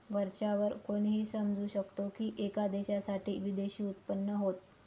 वरच्या वर कोणीही समजू शकतो की, एका देशासाठी विदेशी उत्पन्न होत